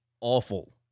awful